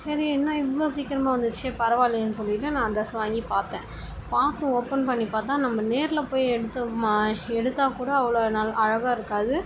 சரி என்ன இவ்வளோ சீக்கிரமாக வந்துருச்சு பரவாயில்லையேன்னு சொல்லிவிட்டு நான் அந்த ட்ரெஸ்ஸை வாங்கி பார்த்தேன் பார்த்து ஓபன் பண்ணி பார்த்தா நம்ம நேரில் போய் எடுத்தமா எடுத்தாக்கூட அவ்வளோ நல் அழகாக இருக்காது